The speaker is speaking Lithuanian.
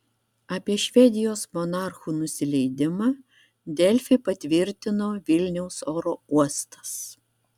apie švedijos monarchų nusileidimą delfi patvirtino vilniaus oro uostas